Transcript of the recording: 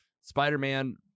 Spider-Man